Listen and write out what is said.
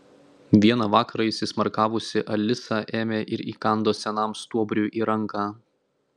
vieną vakarą įsismarkavusi alisa ėmė ir įkando senam stuobriui į ranką